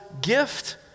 gift